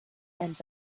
ends